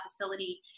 facility